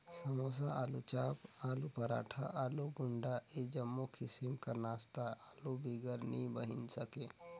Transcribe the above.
समोसा, आलूचाप, आलू पराठा, आलू गुंडा ए जम्मो किसिम कर नास्ता आलू बिगर नी बइन सके